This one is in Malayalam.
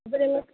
അപ്പം ഞങ്ങൾ